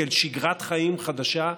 כאל שגרת חיים חדשה,